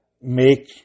make